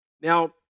Now